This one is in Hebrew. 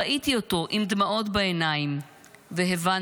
ראיתי אותו עם דמעות בעיניים והבנתי,